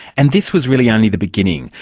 and this was really only the beginning.